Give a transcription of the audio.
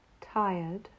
tired